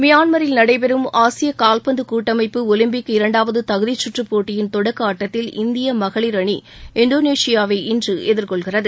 மியான்மரில் நடைபெறும் ஆசிய கால்பந்து கூட்டமைப்பு ஒலிம்பிக் இரண்டாவது தகுதிச்சுற்று போட்டியின் தொடக்க ஆட்டத்தில் இந்திய மகளிர் அணி இந்தோனேஷியாவை இன்று எதிர்கொள்கிறது